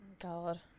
God